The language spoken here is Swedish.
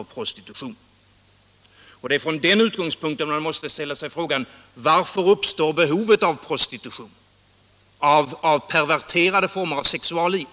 av prostitution. Det är från den utgångspunkten man måste ställa Fredagen den sig frågan: Varför uppstår behovet av prostitution och perverterade former 10 december 1976 av sexualliv?